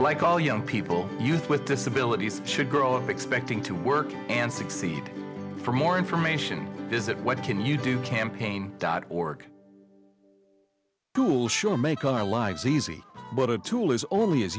like all young people youth with disabilities should grow and expecting to work and succeed for more information visit what can you do campaign dot org cool sure make our lives easy but a tool is only as